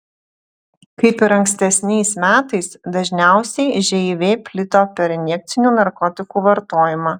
kaip ir ankstesniais metais dažniausiai živ plito per injekcinių narkotikų vartojimą